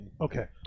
Okay